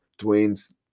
Dwayne's